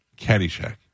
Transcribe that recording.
caddyshack